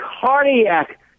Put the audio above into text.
cardiac